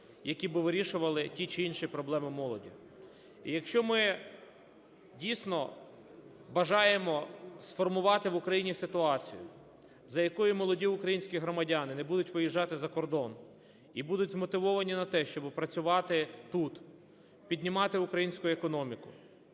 які би вирішували ті чи інші проблеми молоді. І якщо ми дійсно бажаємо сформувати в Україні ситуацію, за якої молоді українські громадяни не будуть виїжджати за кордон і будуть змотивовані на те, щоб працювати тут, піднімати українську економіку,